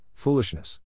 foolishness